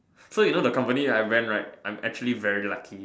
so you the company that I went right I'm actually very lucky